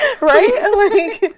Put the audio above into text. right